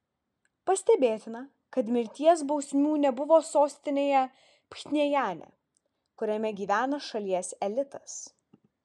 pastebėtina kad mirties bausmių nebuvo sostinėje pchenjane kuriame gyvena šalies elitas